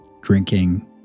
drinking